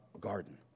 garden